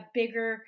bigger